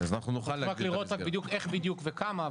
נשמח לראות רק איך בדיוק וכמה,